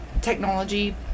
technology